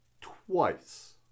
twice